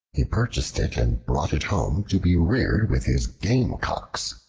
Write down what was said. he purchased it and brought it home to be reared with his gamecocks.